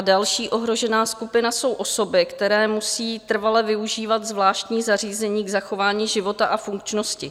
Další ohrožená skupina jsou osoby, které musí trvale využívat zvláštní zařízení k zachování života a funkčnosti.